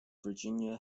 virginia